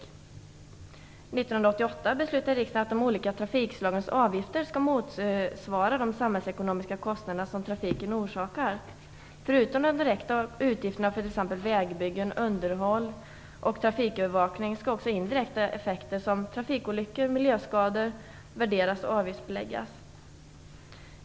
År 1988 beslutade riksdagen att de olika trafikslagens avgifter skall motsvara de samhällsekonomiska kostnaderna som trafiken orsakar. Förutom de direkta utgifterna för t.ex. vägbyggen, underhåll och trafikövervakning skall också indirekta effekter som trafikolyckor och miljöskador värderas och avgiftsbeläggas.